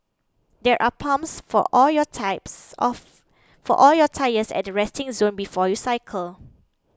there are pumps for all your types of for all your tyres at the resting zone before you cycle